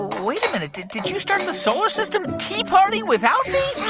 wait a minute. did did you start in the solar system tea party without me?